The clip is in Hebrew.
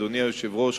אדוני היושב-ראש,